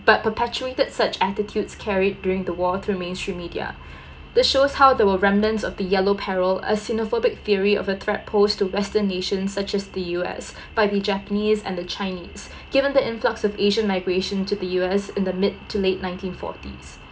but perpetuated such attitudes carried during the war through mainstream media this shows how the resemblance of the yellow peril a xenophobic theory of a threat posed to western nations such as the U_S by the japanese and the chinese given the influx of asian migration to the U_S in the mid till late nineteen forties